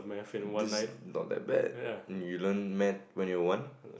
this is not that bad you learn math when you're one